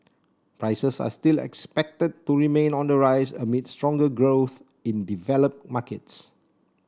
prices are still expected to remain on the rise amid stronger growth in developed markets